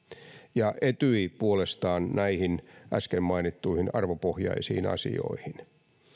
ja etyj puolestaan näihin äsken mainittuihin arvopohjaisiin asioihin